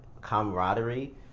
camaraderie